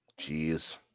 Jeez